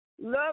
love